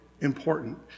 important